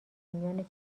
میان